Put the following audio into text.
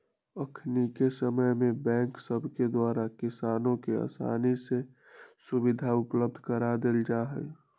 अखनिके समय में बैंक सभके द्वारा किसानों के असानी से सुभीधा उपलब्ध करा देल जाइ छइ